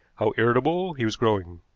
how irritable he was growing.